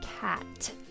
cat